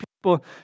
people